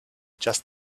just